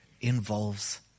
involves